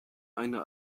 eine